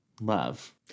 love